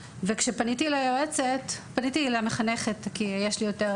פניתי למחנכת כי יש לי יותר